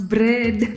Bread